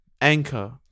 Anchor